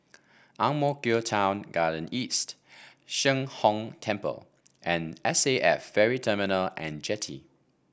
Ang Mo Kio Town Garden East Sheng Hong Temple and S A F Ferry Terminal and Jetty